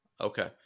Okay